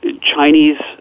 Chinese